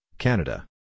Canada